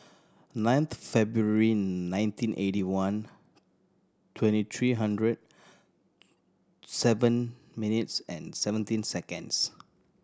ninth February nineteen eighty one twenty three hundred seven minutes and seventeen seconds